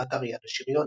באתר "יד לשריון"